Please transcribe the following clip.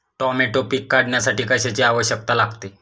Tomato पीक काढण्यासाठी कशाची आवश्यकता लागते?